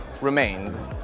remained